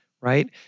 right